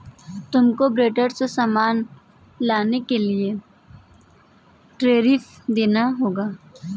तुमको बॉर्डर से सामान लाने के लिए टैरिफ देना होगा